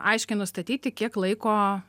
aiškiai nustatyti kiek laiko